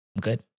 good